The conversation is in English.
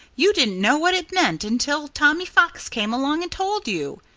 you didn't know what it meant until tommy fox came along and told you.